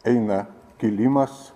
eina kilimas